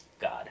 God